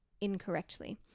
incorrectly